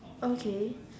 okay